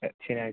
ശനിയാഴ്ച